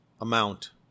amount